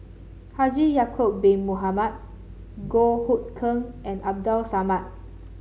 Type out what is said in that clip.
Haji Ya'acob Bin Mohamed Goh Hood Keng and Abdul Samad